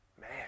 Man